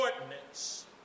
ordinance